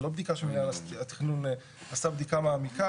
זה לא בדיקה שמינהל התכנון עשה בדיקה מעמיקה.